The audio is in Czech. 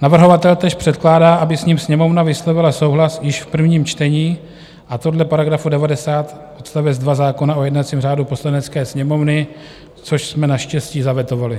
Navrhovatel též předkládá, aby s ním Sněmovna vyslovila souhlas již v prvním čtení, a to dle § 90 odst. 2 zákona o jednacím řádu Poslanecké sněmovny, což jsme naštěstí zavetovali.